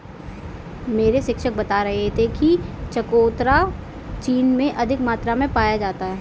मेरे शिक्षक बता रहे थे कि चकोतरा चीन में अधिक मात्रा में पाया जाता है